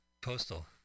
Postal